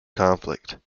conflict